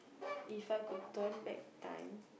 If I could turn back time